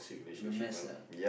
will mess up